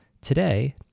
today